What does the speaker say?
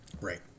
Right